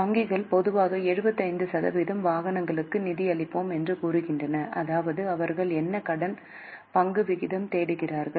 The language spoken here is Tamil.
வங்கிகள் பொதுவாக 75 சதவீத வாகனங்களுக்கு நிதியளிப்போம் என்று கூறுகின்றன அதாவது அவர்கள் என்ன கடன் பங்கு விகிதம் தேடுகிறார்கள்